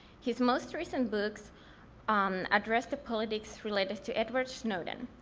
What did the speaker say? his most recent books um address the politics related to edward snowden,